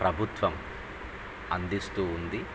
ప్రభుత్వం అందిస్తూ ఉంది